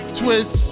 twist